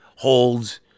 holds